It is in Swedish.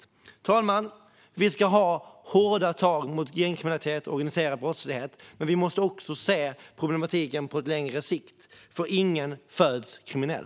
Fru talman! Vi måste ta hårdare tag mot gängkriminalitet och brottslighet. Men vi måste också se problematiken på längre sikt, för ingen föds kriminell.